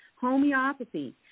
homeopathy